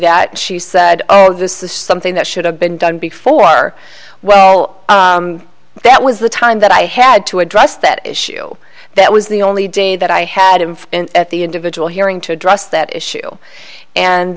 that she said oh this is something that should have been done before well that was the time that i had to address that issue that was the only day that i had him at the individual hearing to address that issue and